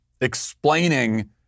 explaining